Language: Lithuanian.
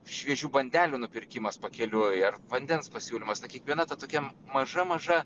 šviežių bandelių nupirkimas pakeliui ar vandens pasiūlymas na kiekviena ta tokia maža maža